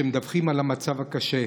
שמדווחים על המצב הקשה.